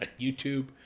YouTube